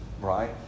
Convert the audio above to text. Right